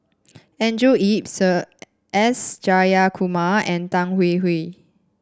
Andrew Yip Sir S Jayakumar and Tan Hwee Hwee